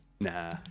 Nah